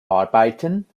arbeiten